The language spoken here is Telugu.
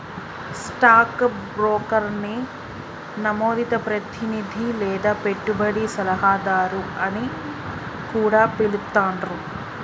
స్టాక్ బ్రోకర్ని నమోదిత ప్రతినిధి లేదా పెట్టుబడి సలహాదారు అని కూడా పిలుత్తాండ్రు